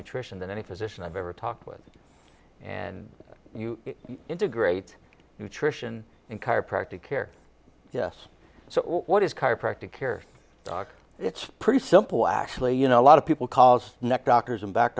nutrition than any physician i've ever talked with and integrate nutrition and chiropractic care yes so what is chiropractic care doc it's pretty simple actually you know a lot of people cause neck doctors and back